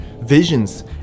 visions